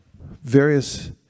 various